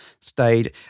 stayed